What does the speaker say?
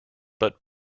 but